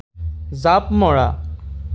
জাঁপ মৰা